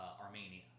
Armenia